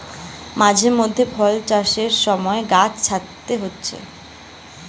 মাঝে মধ্যে ফল চাষের সময় গাছ ছাঁটতে হচ্ছে